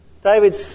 David